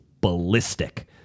ballistic